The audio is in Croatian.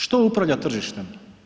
Što upravlja tržištem?